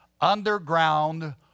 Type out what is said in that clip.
underground